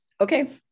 Okay